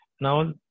Now